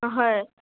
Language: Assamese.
অঁ হয়